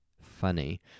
funny